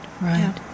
right